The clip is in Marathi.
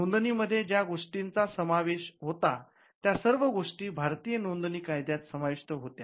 नोंदणी मध्ये ज्या गोष्टीचा समावेश होता त्या सर्व गोष्टी भारतीय नोंदणी कायद्यात समाविष्ट होत्या